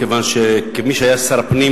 כיוון שכמי שהיה שר הפנים,